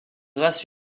race